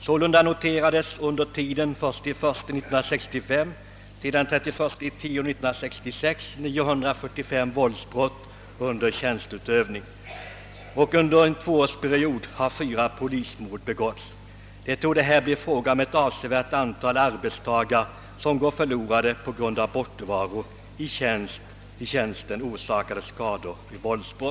Sålunda noterades under tiden 1 januari 1965—31 oktober 1966 inte mindre än 945 våldsbrott mot polismän i tjänst, och under en tvåårsperiod har fyra polismord begåtts. Det torde vara fråga om ett avsevärt antal förlorade arbetsdagar genom bortovaro från tjänsten på grund av skador orsakade av våldshandlingar.